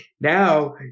Now